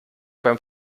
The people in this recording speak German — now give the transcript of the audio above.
beim